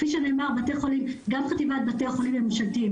כפי שנאמר בתי חולים וגם חטיבת בתי החולים הממשלתיים